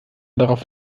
darauf